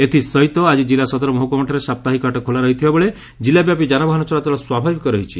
ଏଥି ସହିତ ଆକି ଜିଲ୍ଲା ସଦର ମହକୁମା ଠାରେ ସାପ୍ତାହିକ ହାଟ ଖୋଲା ରହିଥିବା ବେଳେ ଜିଲ୍ଲା ବ୍ୟାପି ଯାନବାହାନ ଚଳାଚଳ ସ୍ୱାଭାବିକ ରହିଛି